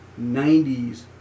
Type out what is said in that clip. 90s